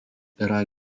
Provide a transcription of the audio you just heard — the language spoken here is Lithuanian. yra